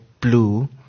blue